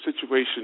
situation